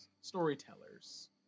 storytellers